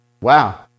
Wow